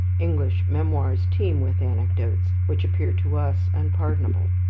english memoirs teem with anecdotes which appear to us unpardonable.